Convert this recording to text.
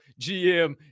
GM